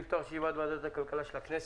אני מתכבד לפתוח את ישיבת ועדת הכלכלה של הכנסת